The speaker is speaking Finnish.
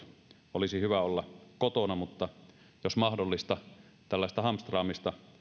olisi hyvä olla kotona mutta jos mahdollista tällaista hamstraamista